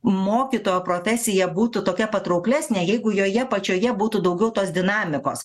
mokytojo profesija būtų tokia patrauklesnė jeigu joje pačioje būtų daugiau tos dinamikos